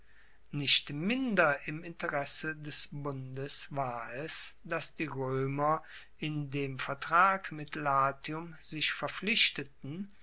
nicht minder im interesse des bundes war es dass die roemer in dem vertrag mit latium sich verpflichteten